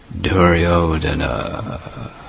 Duryodhana